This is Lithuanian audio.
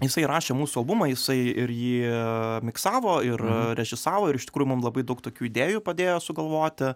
jisai rašė mūsų albumą jisai ir jį miksavo ir režisavo ir iš tikrųjų mums labai daug tokių idėjų padėjo sugalvoti